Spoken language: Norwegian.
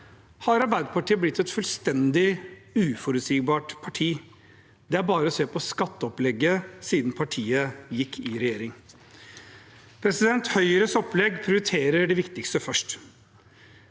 har Arbeiderpartiet blitt et fullstendig uforutsigbart parti. Det er bare å se på skatteopplegget siden partiet gikk i regjering. Høyres opplegg prioriterer det viktigste først.